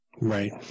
Right